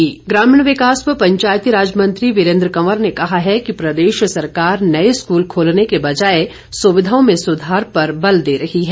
वीरेंद्र कंवर ग्रामीण विकास व पंचायती राज मंत्री वीरेंद्र कंवर ने कहा है कि प्रदेश सरकार नए स्कूल खोलने के बजाए सुविधाओं में सुधार पर बल दे रही है